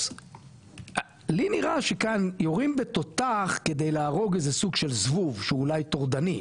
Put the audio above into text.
אז לי נראה שכאן יורים בתותח כדי להרוג איזה סוג של זבוב שאולי טורדני,